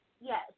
Yes